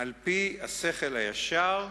על-פי השכל הישר,